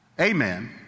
Amen